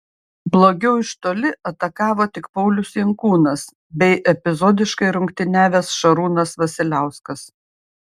blogiau iš toli atakavo tik paulius jankūnas bei epizodiškai rungtyniavęs šarūnas vasiliauskas